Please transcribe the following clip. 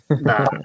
No